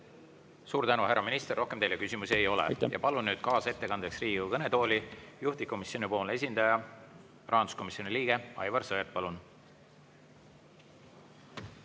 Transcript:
Suur tänu, härra minister! Rohkem teile küsimusi ei ole. Palun nüüd kaasettekandeks Riigikogu kõnetooli juhtivkomisjonipoolse esindaja. Rahanduskomisjoni liige Aivar Sõerd, palun!